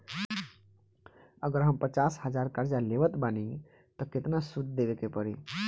अगर हम पचास हज़ार कर्जा लेवत बानी त केतना सूद देवे के पड़ी?